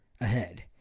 ahead